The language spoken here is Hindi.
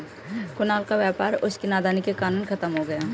कुणाल का व्यापार उसकी नादानी के कारण खत्म हो गया